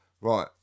Right